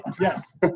Yes